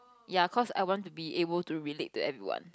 ya cause I want to be able to relate to everyone